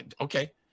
Okay